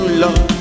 love